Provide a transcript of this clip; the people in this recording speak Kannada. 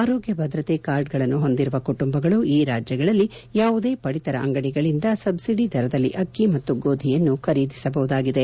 ಆರೋಗ್ಯ ಭದ್ರತೆ ಕಾರ್ಡ್ ಗಳನ್ನು ಹೊಂದಿರುವ ಕುಟುಂಬಗಳು ಈ ರಾಜ್ಯಗಳಲ್ಲಿ ಯಾವುದೇ ಪಡಿತರ ಅಂಗಡಿಗಳಿಂದ ಸಬ್ಲಡಿ ದರದಲ್ಲಿ ಅಕ್ಕಿ ಮತ್ತು ಗೋಧಿಯನ್ನು ಖರೀದಿಸಬಹುದಾಗಿದೆ